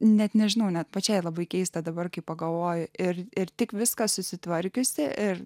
net nežinau net pačiai labai keista dabar kai pagalvoju ir ir tik viską susitvarkiusi ir